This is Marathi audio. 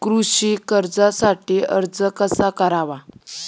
कृषी कर्जासाठी अर्ज कसा करावा?